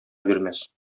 бирмәс